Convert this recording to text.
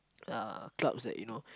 uh clubs that you know